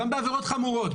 גם בעבירות חמורות,